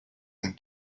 and